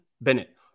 Bennett